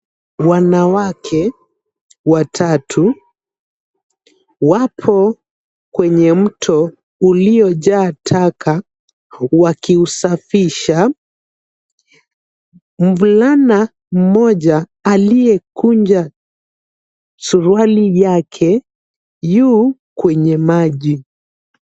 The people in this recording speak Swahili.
Wanawake watatu wapo kwenye mto uliojaa taka wakiusafisha. Mvulana mmoja aliyekunja suruali yake yu kwenye maji.